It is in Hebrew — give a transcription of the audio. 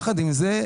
יחד עם זה,